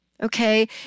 Okay